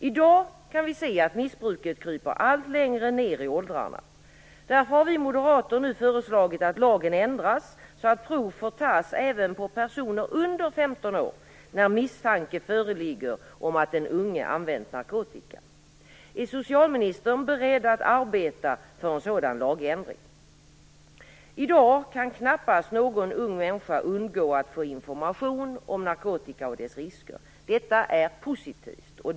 I dag kan vi se att missbruket kryper allt längre ner i åldrarna. Därför har vi moderater nu föreslagit att lagen ändras så att prov får tas även på personer under 15 år när misstanke föreligger om att den unge använt narkotika. Är socialministern beredd att arbeta för en sådan lagändring? I dag kan knappast någon ung människa undgå att få information om narkotika och dess risker. Detta är positivt.